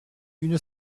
une